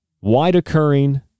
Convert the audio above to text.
wide-occurring